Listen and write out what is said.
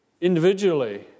Individually